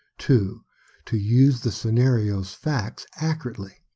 to to use the scenario's facts accurately,